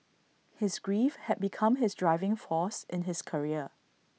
his grief had become his driving force in his career